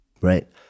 right